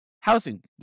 housing